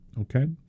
Okay